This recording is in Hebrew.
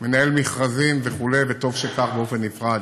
מנהלת מכרזים, וטוב שכך, באופן נפרד.